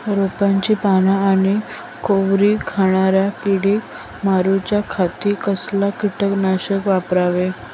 रोपाची पाना आनी कोवरी खाणाऱ्या किडीक मारूच्या खाती कसला किटकनाशक वापरावे?